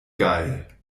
geil